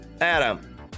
Adam